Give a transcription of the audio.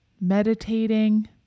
meditating